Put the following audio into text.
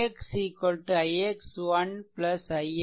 ix ix ' ix "